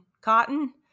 cotton